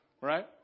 right